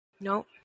Nope